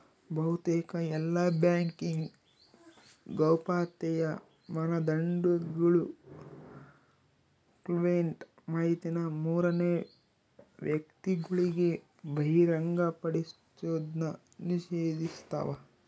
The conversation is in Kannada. ಬಹುತೇಕ ಎಲ್ಲಾ ಬ್ಯಾಂಕಿಂಗ್ ಗೌಪ್ಯತೆಯ ಮಾನದಂಡಗುಳು ಕ್ಲೈಂಟ್ ಮಾಹಿತಿನ ಮೂರನೇ ವ್ಯಕ್ತಿಗುಳಿಗೆ ಬಹಿರಂಗಪಡಿಸೋದ್ನ ನಿಷೇಧಿಸ್ತವ